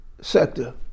sector